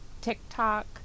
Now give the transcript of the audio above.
TikTok